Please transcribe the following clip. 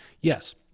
yes